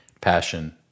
passion